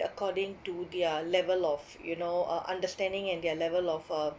according to their level of you know uh understanding and their level of uh